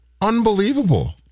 unbelievable